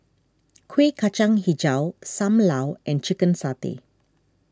Kueh Kacang HiJau Sam Lau and Chicken Satay